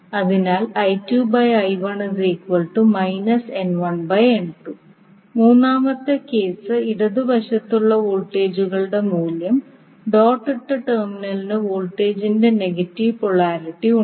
അതിനാൽ മൂന്നാമത്തെ കേസ് ഇടതുവശത്തുള്ള വോൾട്ടേജുകളുടെ മൂല്യം ഡോട്ട് ഇട്ട ടെർമിനലിന് വോൾട്ടേജിന്റെ നെഗറ്റീവ് പോളാരിറ്റി ഉണ്ട്